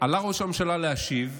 עלה ראש הממשלה להשיב.